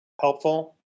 Helpful